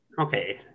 Okay